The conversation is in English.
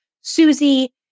Susie